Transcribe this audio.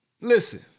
listen